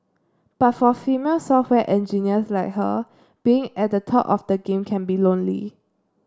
but for female software engineers like her being at the top of the game can be lonely